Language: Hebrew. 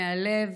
מהלב,